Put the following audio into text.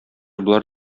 болар